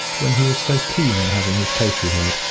when he was so keen on having his case reheard.